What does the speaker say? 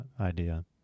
idea